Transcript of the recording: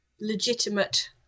legitimate